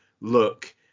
Look